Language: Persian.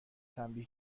تنبیه